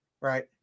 right